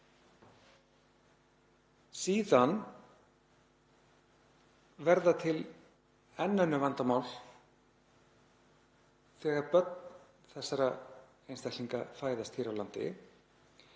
Síðan verða til enn önnur vandamál þegar börn þessara einstaklinga fæðast hér á landi